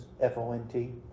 F-O-N-T